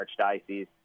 archdiocese